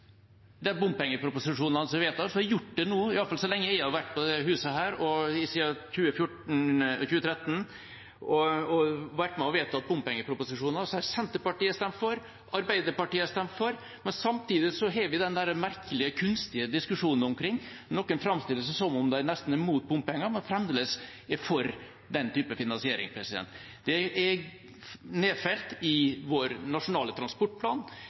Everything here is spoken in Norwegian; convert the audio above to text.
bompengeproposisjonene, og som har gjort det i hvert fall så lenge jeg har vært her på huset, siden 2013. Senterpartiet har stemt for, Arbeiderpartiet har stemt for, men samtidig har vi den merkelige og kunstige diskusjonen, der noen framstiller seg selv som om de nesten er imot bompenger, men fremdeles er for den typen finansiering. Det er nedfelt i vår nasjonale transportplan,